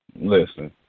Listen